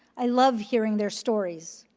i love hearing their stories.